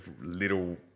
little